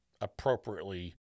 appropriately